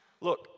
Look